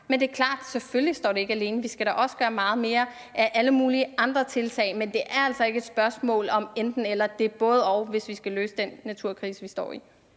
Men det er klart, at det selvfølgelig ikke står alene, for vi skal også gøre meget mere af alle mulige andre tiltag. Men det er altså ikke et spørgsmål om enten-eller. Det er et både-og, hvis vi skal løse den naturkrise, vi står i.